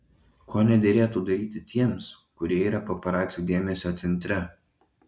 ko nederėtų daryti tiems kurie yra paparacių dėmesio centre